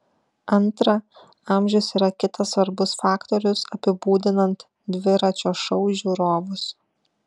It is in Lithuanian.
antra amžius yra kitas svarbus faktorius apibūdinant dviračio šou žiūrovus